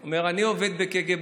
הוא אומר: אני עובד בקג"ב.